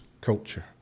culture